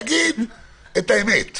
תגיד את האמת.